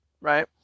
right